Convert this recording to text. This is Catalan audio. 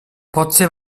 potser